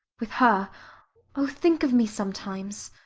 with. her oh, think of me sometimes.